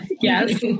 Yes